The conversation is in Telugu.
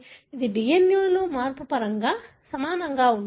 ఇది DNA లో మార్పు పరంగా సమానంగా ఉంటుంది